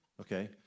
okay